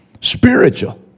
spiritual